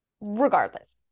regardless